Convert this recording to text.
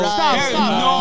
Stop